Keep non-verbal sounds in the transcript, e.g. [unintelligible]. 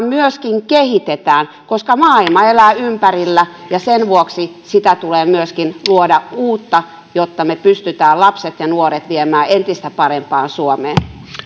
[unintelligible] myöskin kehitetään koska maailma elää ympärillä ja sen vuoksi tulee myöskin luoda uutta jotta me pystymme lapset ja nuoret viemään entistä parempaan suomeen